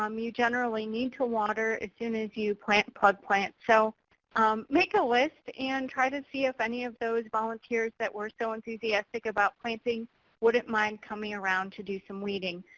um you generally need to water as soon as you plant plug plants. so make a list and try to see if any of those volunteers that were so enthusiastic about plantings wouldn't mind coming around to do some weeding.